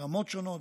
ברמות שונות,